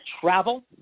travel